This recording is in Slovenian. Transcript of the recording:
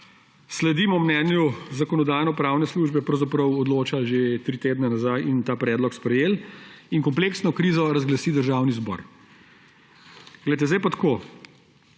sledimo mnenju Zakonodajno-pravne službe, pravzaprav odločali že tri tedne nazaj in ta predlog sprejeli. In kompleksno krizo razglasi Državni zbor. Poglejte, sedaj pa tako.